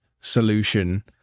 solution